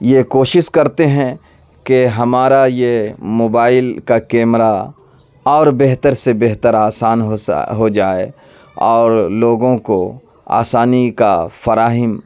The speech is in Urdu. یہ کوشش کرتے ہیں کہ ہمارا یہ موبائل کا کیمرہ اور بہتر سے بہتر آسان ہو ہو جائے اور لوگوں کو آسانی کا فراہم